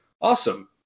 Awesome